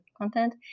content